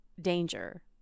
danger